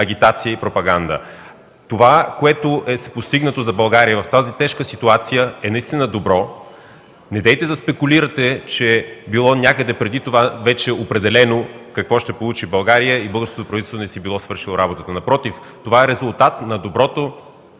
агитация и пропаганда. Това, което е постигнато за България в тази тежка ситуация, е наистина добро. Недейте да спекулирате, че било някъде преди това вече определено какво ще получи България и българското правителство не си било свършило работата. Напротив, това е резултат на доброто,